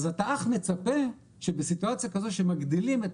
אז אתה אך מצפה שבסיטואציה כזאת שמגדילים את